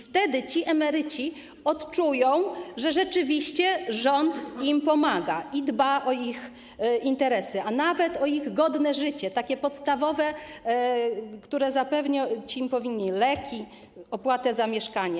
Wtedy ci emeryci odczują, że rzeczywiście rząd im pomaga i dba o ich interesy, a nawet o ich godne życie, takie podstawowe, które zapewniać im powinno leki, opłatę za mieszkanie.